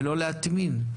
ולא להטמין?